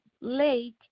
lake